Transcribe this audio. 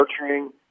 nurturing